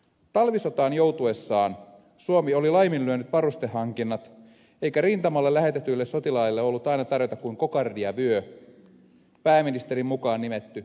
talvisotaan joutuessaan suomi oli laiminlyönyt varustehankinnat eikä rintamalle lähetetyille sotilaille ollut aina tarjota kuin kokardi ja vyö pääministerin mukaan nimetty malli cajander